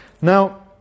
Now